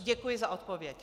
Děkuji za odpověď.